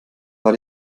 war